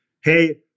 hey